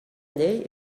llei